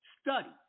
Study